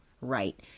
right